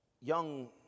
young